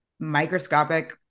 microscopic